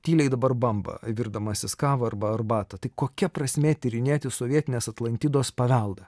tyliai dabar bamba virdamasis kavą arba arbatą tai kokia prasmė tyrinėti sovietinės atlantidos paveldą